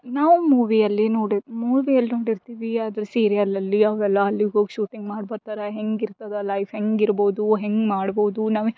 ನಾವು ಮೂವಿಯಲ್ಲಿ ನೋಡಿ ಮೂವಿಯಲ್ಲಿ ನೋಡಿರ್ತೀವಿ ಅದು ಸೀರಿಯಲಲ್ಲಿ ಅವೆಲ್ಲ ಅಲ್ಲಿಗೆ ಹೋಗಿ ಶೂಟಿಂಗ್ ಮಾಡಿಬರ್ತಾರ ಹೇಗ್ ಇರ್ತಾದ ಲೈಫ್ ಹೇಗ್ ಇರ್ಬೋದು ಹೇಗ್ ಮಾಡ್ಬೌದು ನಾವು